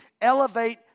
elevate